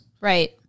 Right